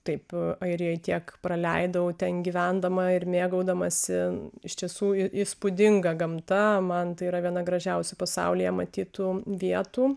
taip airijoj tiek praleidau ten gyvendama ir mėgaudamasi iš tiesų įspūdinga gamta man tai yra viena gražiausių pasaulyje matytų vietų